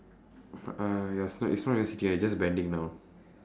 uh ya so like as long they are just bending down